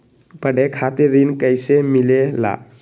पढे खातीर ऋण कईसे मिले ला?